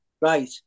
right